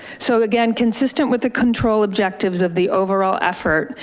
so again, consistent with the control objectives of the overall effort,